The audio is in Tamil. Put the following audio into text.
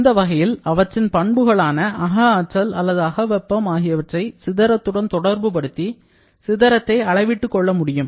இந்த வகையில் அவற்றின் பண்புகளான அக ஆற்றல் அல்லது அக வெப்பம் ஆகியவற்றை சிதறத்துடன் தொடர்புபடுத்தி சிதறத்தை அளவிட்டுக் கொள்ள முடியும்